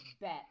bet